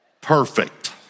perfect